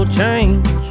change